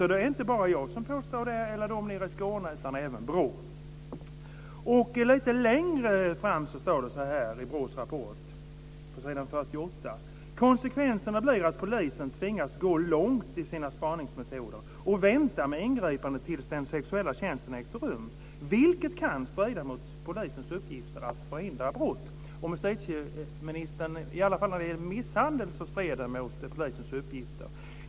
Det är alltså inte bara jag som påstår detta, eller polisen nere i Skåne, utan det gör även BRÅ. Lite längre fram i BRÅ:S rapport, på s. 48, står det: Konsekvenserna blir att poliserna tvingas gå långt i sina spaningsmetoder och vänta med ingripandet tills den sexuella tjänsten ägt rum, vilket kan strida mot polisens uppgifter att förhindra brott. Enligt justitieministern strider det i alla fall när det gäller misshandel mot polisens uppgifter.